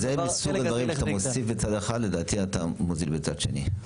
זה מסוג הדברים שכשאתה מוסיף בצד אחד לדעתי אתה מוזיל בצד שני.